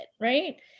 right